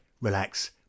relax